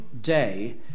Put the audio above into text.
day